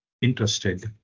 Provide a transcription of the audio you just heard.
interested